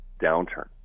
downturn